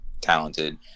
talented